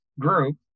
group